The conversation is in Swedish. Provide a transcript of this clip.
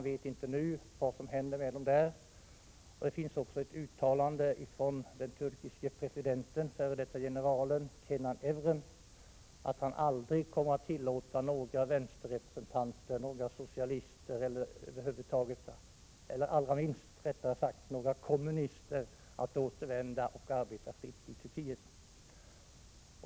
Vad som händer med dem där vet man inte nu. Den turkiska presidenten, f. d. generalen Kenan Evren, har uttalat att han aldrig kommer att tillåta några vänsterrepresentanter, några socialister och allra minst några kommunister att återvända och arbeta fritt i Turkiet.